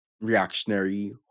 reactionary